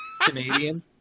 Canadian